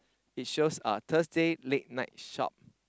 it shows uh Thursday late night shop